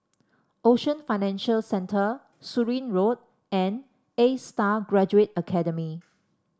Ocean Financial Centre Surin Road and A Star Graduate Academy